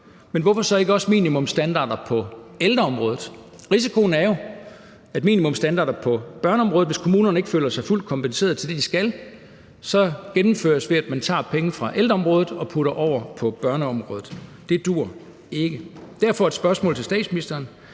Men hvorfor så ikke også minimumsstandarder på ældreområdet? Risikoen er jo, at minimumsstandarder på børneområdet, hvis kommunerne ikke føler sig fuldt kompenseret til det, de skal, så gennemføres, ved at man tager penge fra ældreområdet og putter over på børneområdet. Det duer ikke. Derfor er et spørgsmål til statsministeren: